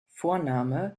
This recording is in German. vorname